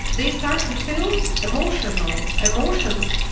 they started to feel emotional, emotions,